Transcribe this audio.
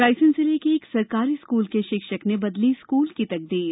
रायसेन जिले के एक सरकारी स्कूल के शिक्षक ने बदली स्कूल की तकदीर